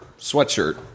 sweatshirt